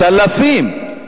צלפים,